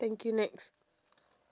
thank you next